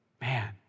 Man